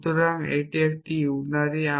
সুতরাং এটি একটি ইউনারি